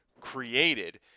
created